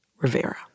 Rivera